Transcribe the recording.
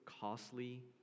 costly